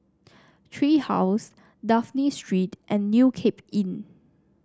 Tree House Dafne Street and New Cape Inn